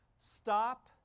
Stop